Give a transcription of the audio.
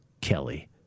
Kelly